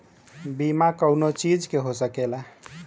बीमा कउनो चीज के हो सकेला